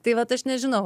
tai vat aš nežinau